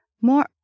more